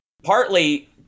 Partly